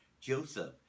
Joseph